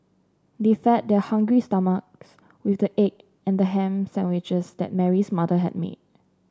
they fed their hungry stomachs with the egg and ham sandwiches that Mary's mother had made